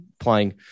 applying